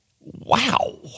Wow